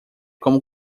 como